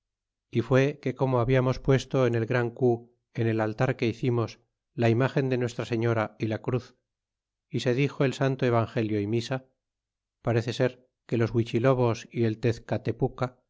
y fué que como habíamos puesto en el gran cu en el altar que hicimos la imagen de nuestra señora y la cruz se clixo el santo evangelio y l'alisa parece ser que los huichilobos y el